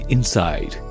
Inside